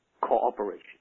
cooperation